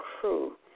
crew